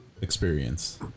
experience